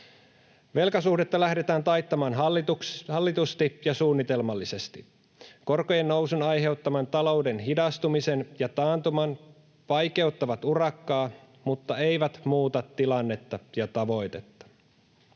Velkasuhdetta lähdetään taittamaan hallitusti ja suunnitelmallisesti. Korkojen nousun aiheuttama talouden hidastuminen ja taantuma vaikeuttavat urakkaa mutta eivät muuta tilannetta ja tavoitetta.